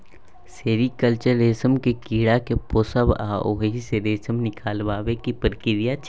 sericulture रेशमक कीड़ा केँ पोसब आ ओहि सँ रेशम निकालबाक प्रक्रिया छै